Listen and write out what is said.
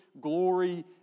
Glory